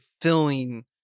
filling